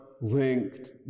linked